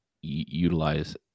utilize